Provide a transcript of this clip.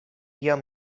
jam